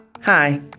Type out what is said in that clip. Hi